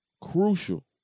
Crucial